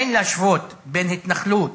אין להשוות בין התנחלות